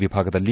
ವಿಭಾಗದಲ್ಲಿ